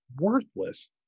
worthless